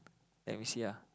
then we see lah